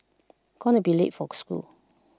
gonna be late for school